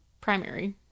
primary